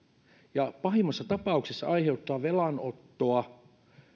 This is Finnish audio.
ja pahimmassa tapauksessa aiheuttaa velanottoa